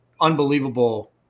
unbelievable